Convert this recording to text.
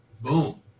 Boom